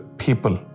people